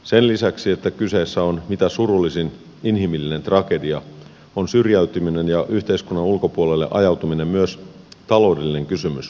sen lisäksi että kyseessä on mitä surullisin inhimillinen tragedia on syrjäytyminen ja yhteiskunnan ulkopuolelle ajautuminen myös taloudellinen kysymys